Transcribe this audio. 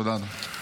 תודה, אדוני.